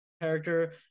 character